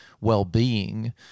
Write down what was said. well-being